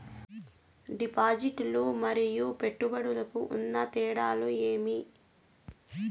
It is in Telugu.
డిపాజిట్లు లు మరియు పెట్టుబడులకు ఉన్న తేడాలు ఏమేమీ?